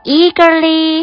eagerly